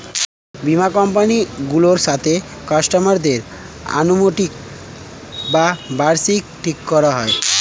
বীমা কোম্পানি গুলোর সাথে কাস্টমার দের অ্যানুইটি বা বার্ষিকী ঠিক করা হয়